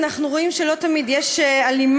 אנחנו רואים שלא תמיד יש הלימה,